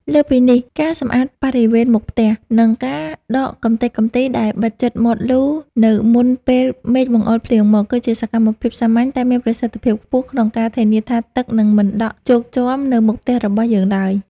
លើសពីនេះ ការសម្អាតបរិវេណមុខផ្ទះ និងការដកកម្ទេចកម្ទីដែលបិទជិតមាត់លូនៅមុនពេលមេឃបង្អុរភ្លៀងមក គឺជាសកម្មភាពសាមញ្ញតែមានប្រសិទ្ធភាពខ្ពស់ ក្នុងការធានាថាទឹកនឹងមិនដក់ជោកជាំនៅមុខផ្ទះរបស់យើងឡើយ។